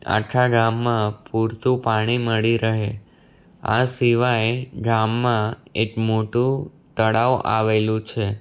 આખા ગામમાં પૂરતું પાણી મળી રહે આ સિવાય ગામમાં એક મોટું તળાવ આવેલું છે